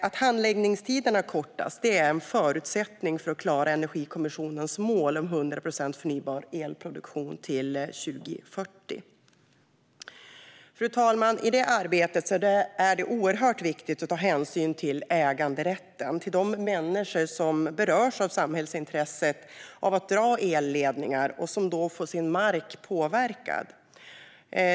Att handläggningstiderna kortas är en förutsättning för att klara Energikommissionens mål om 100 procent förnybar elproduktion till 2040. Fru talman! I detta arbete är det oerhört viktigt att ta hänsyn till äganderätten, till de människor som berörs av samhällsintresset av att dra elledningar och då får sin mark påverkad.